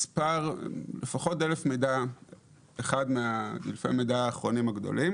לפחות דלף מידע אחד מדלפי מידע האחרונים הגדולים